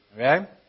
Okay